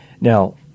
Now